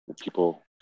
people